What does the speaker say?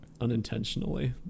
unintentionally